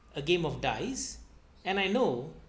a game of dice and I know